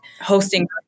hosting